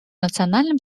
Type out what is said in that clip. национальным